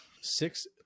six